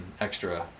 extra